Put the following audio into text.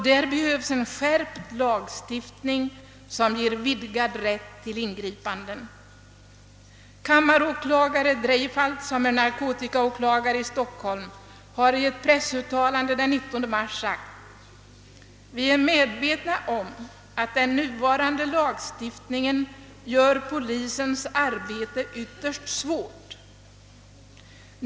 Det behövs en skärpt lagstiftning, som ger vidgad rätt till ingripande. Kammaråklagare Dreifaldt, som är narkotikaåklagare i Stockholm, har i ett pressuttalande den 19 mars sagt: »Vi är medvetna om att den nuvarande lagstiftningen gör polisens arbete ytterst svårt.